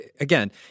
again